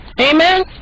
Amen